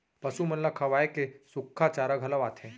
पसु मन ल खवाए के सुक्खा चारा घलौ आथे